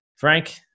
Frank